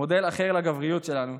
מודל אחר לגבריות שלנו,